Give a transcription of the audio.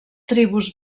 tribus